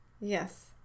Yes